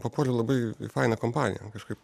papuolė labai faina kompanija kažkaip